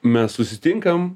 mes susitinkam